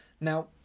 Now